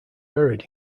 buried